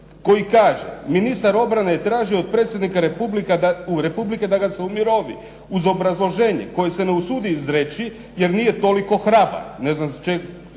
koji kaže. "Ministar obrane je tražio od predsjednika Republike da ga se umirovi. Uz obrazloženje koje se ne usudi izreći, jer nije toliko hrabar. Ne znam čega